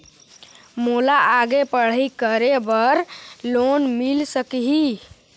मोला आगे पढ़ई करे बर लोन मिल सकही?